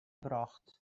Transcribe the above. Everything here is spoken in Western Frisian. brocht